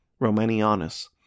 Romanianus